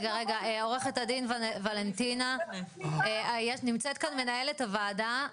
עו"ד ולנטינה, נמצאת כאן מנהלת הוועדה.